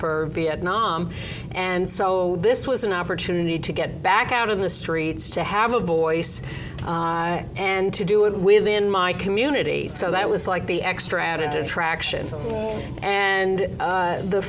for vietnam and so this was an opportunity to get back out on the streets to have a voice and to do it within my community so that was like the extra added attraction and